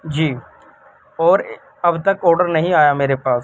جی اور اب تک آڈر نہیں آیا میرے پاس